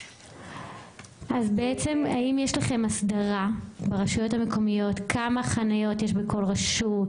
האם יש לכם הסדרה ברשויות המקומיות כמה חניות יש בכל רשות?